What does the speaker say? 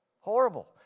Horrible